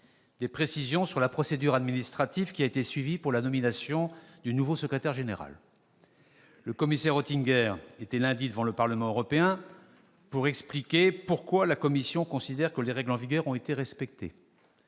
des précisions sur la procédure administrative suivie pour la nomination du nouveau secrétaire général. Le commissaire Oettinger était lundi devant le Parlement européen pour expliquer les raisons pour lesquelles la Commission considère que les règles en vigueur ont été respectées.